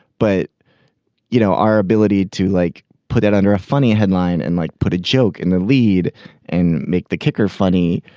but you know our ability to like put it under a funny headline and like put a joke in the lead and make the kicker funny.